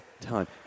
time